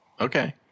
okay